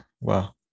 wow